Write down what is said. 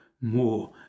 more